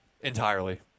Entirely